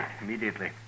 immediately